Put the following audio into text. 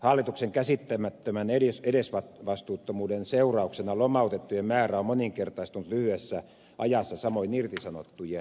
hallituksen käsittämättömän edesvastuuttomuuden seurauksena lomautettujen määrä on moninkertaistunut lyhyessä ajassa samoin irtisanottujen